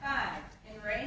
right right